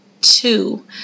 two